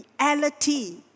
reality